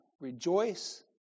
rejoice